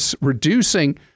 reducing